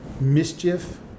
mischief